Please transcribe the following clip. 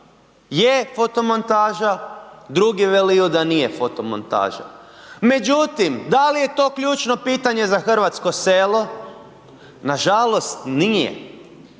je fotomontaža, drugi veliju da nije fotomontaža. Međutim, da li je to ključno pitanje za hrvatsko selo, nažalost nije.